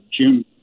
June